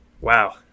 Wow